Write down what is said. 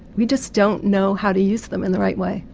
we just don't know how to use them in the right way.